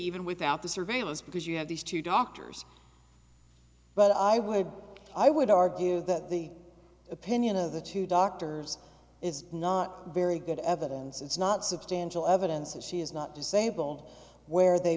even without the surveillance because you have these two doctors but i would i would argue that the opinion of the two doctors is not very good evidence it's not substantial evidence that she is not disabled where they